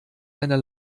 einer